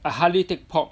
I hardly take pork